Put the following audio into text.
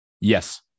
Yes